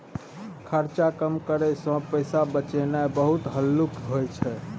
खर्चा कम करइ सँ पैसा बचेनाइ बहुत हल्लुक होइ छै